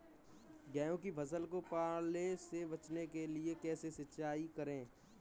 गेहूँ की फसल को पाले से बचाने के लिए कैसे सिंचाई करें?